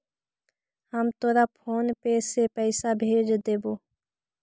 हम तोरा PhonePe से पईसा भेज देबो